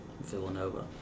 Villanova